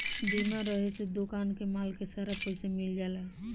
बीमा रहे से दोकान के माल के सारा पइसा मिल जाला